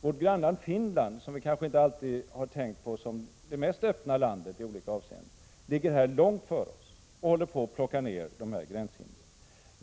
Vårt grannland Finland, som vi kanske inte alltid har tänkt på som det mest öppna landet i olika sammanhang, ligger här långt före oss och håller på att ta bort gränshinder.